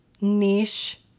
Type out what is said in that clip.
niche